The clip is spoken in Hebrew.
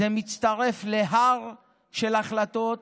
זה מצטרף להר של החלטות